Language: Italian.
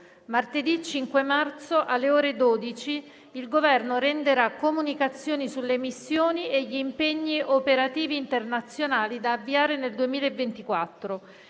Martedì 5 marzo, alle ore 12, il Governo renderà comunicazioni sulle missioni e gli impegni operativi internazionali da avviare nel 2024.